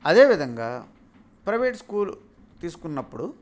అదేవిధంగా private school తీసుకున్నప్పుడు